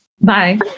Bye